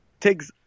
Tigs